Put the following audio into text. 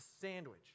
sandwich